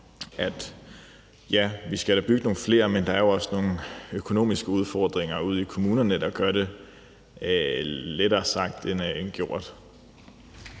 ja, vi skal da bygge nogle flere, men der er jo også nogle økonomiske udfordringer ude i kommunerne, der gør det lettere sagt end gjort.